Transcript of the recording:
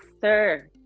sir